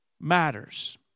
matters